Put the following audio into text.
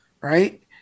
right